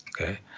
okay